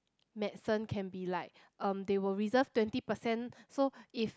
medicine can be like um they will reserve twenty percent so if